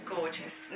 Gorgeous